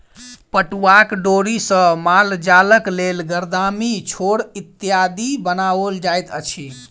पटुआक डोरी सॅ मालजालक लेल गरदामी, छोड़ इत्यादि बनाओल जाइत अछि